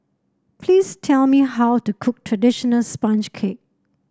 please tell me how to cook traditional sponge cake